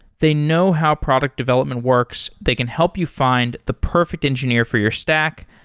they know how product development works. they can help you find the perfect engineer for your stack,